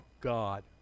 God